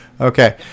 Okay